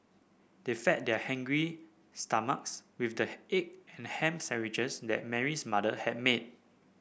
they fed their hungry stomachs with the egg and ham sandwiches that Mary's mother had made